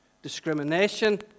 discrimination